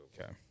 Okay